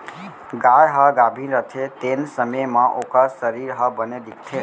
गाय ह गाभिन रथे तेन समे म ओकर सरीर ह बने दिखथे